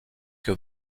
que